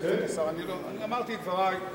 אמרתי את דברי,